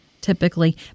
Typically